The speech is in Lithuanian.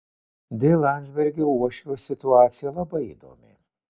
dėl landsbergio uošvio situacija labai įdomi